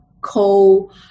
co